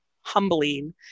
humbling